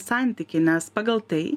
santykį nes pagal tai